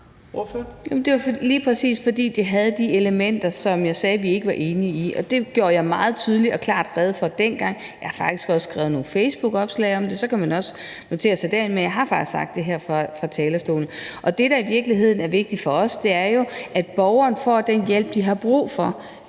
Det er lige præcis, fordi det havde de elementer, som jeg sagde vi ikke var enige i, og det gjorde jeg meget tydeligt og klart rede for dengang. Jeg har faktisk også skrevet nogle facebookopslag om det, og så kan man også notere sig det derinde. Jeg har faktisk sagt det her fra talerstolen. Det, der i virkeligheden er vigtigt for os, er, at borgerne får den hjælp, de har brug for.